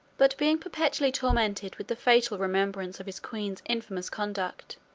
but being perpetually tormented with the fatal remembrance of his queen's infamous conduct,